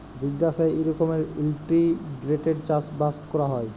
বিদ্যাশে ই রকমের ইলটিগ্রেটেড চাষ বাস ক্যরা হ্যয়